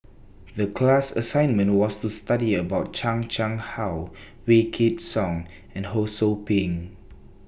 The class assignment was to study about Chan Chang How Wykidd Song and Ho SOU Ping